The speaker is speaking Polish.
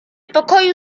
pokoju